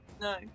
No